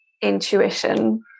intuition